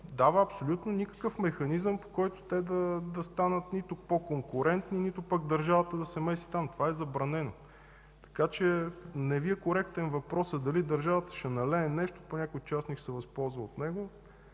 дава абсолютно никакъв механизъм, по който да станат нито по-конкурентни, нито пък държавата да се меси там – това е забранено. Не Ви е коректен въпросът – дали държавата ще налее нещо, пък някой частник ще се възползва от него?